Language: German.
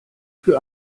für